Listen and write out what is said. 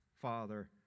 Father